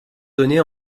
donnée